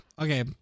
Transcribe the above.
okay